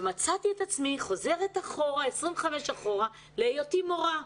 ומצאתי את עצמי חוזרת אחורה 25 שנה להיותי מורה.